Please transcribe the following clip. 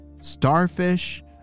starfish